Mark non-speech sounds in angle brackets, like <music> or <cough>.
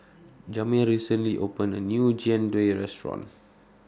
<noise> Jamir recently opened A New Jian Dui Restaurant